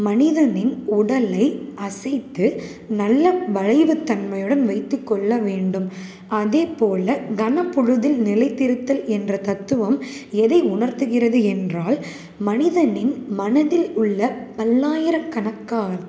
மனிதனின் உடலை அசைத்து நல்ல வளைவு தன்மையுடன் வைத்துக் கொள்ள வேண்டும் அதே போல் கணப்பொழுதில் நிலைத்திருத்தல் என்ற தத்துவம் எதை உணர்த்திக்கிறது என்றால் மனிதனின் மனதில் உள்ள பல்லாயிரக்கணக்கான